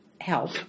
help